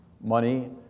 money